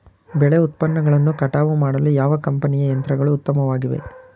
ಬೆಳೆ ಉತ್ಪನ್ನಗಳನ್ನು ಕಟಾವು ಮಾಡಲು ಯಾವ ಕಂಪನಿಯ ಯಂತ್ರಗಳು ಉತ್ತಮವಾಗಿವೆ?